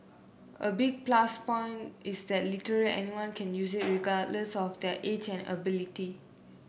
a big plus point is that literally anyone can use it regardless of their age and ability